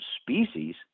species